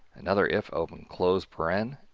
another if open, closed parenthesis.